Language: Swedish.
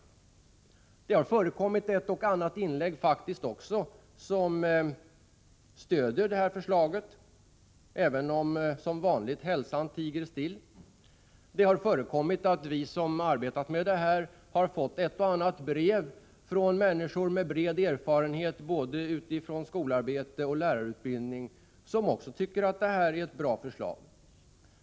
Det har faktiskt också förekommit ett och annat inlägg som stöder majoritetens förslag, även om hälsan som vanligt tiger still. Det har förekommit att vi som har arbetat med detta ärende har fått ett och annat brev från människor med bred erfarenhet både från skolarbete och från lärarutbildning som också tycker att det är ett bra förslag.